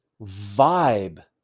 vibe